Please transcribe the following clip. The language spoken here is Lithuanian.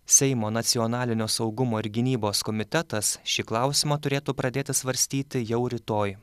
seimo nacionalinio saugumo ir gynybos komitetas šį klausimą turėtų pradėti svarstyti jau rytoj